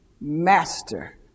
master